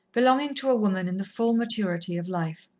belonging to a woman in the full maturity of life.